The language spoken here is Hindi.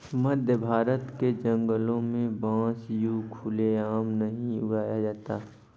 मध्यभारत के जंगलों में बांस यूं खुले आम नहीं उगाया जाता